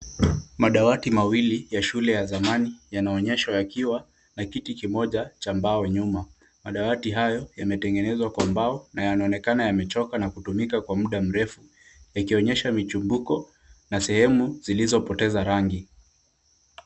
Madawati mawili ya shule ya zamani yanaonyeshwa yakiwa na kiti kimoja cha mbao nyuma. Madawati hayo yametengenezwa kwa mbao na yanaonekana yamechoka na kutumika kwa mda mrefu. Ikionyesha kuwa michumbiko na sehemu zilizopoteza rangi.